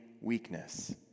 weakness